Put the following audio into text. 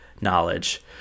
knowledge